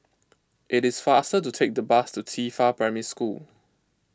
it is faster to take the bus to Qifa Primary School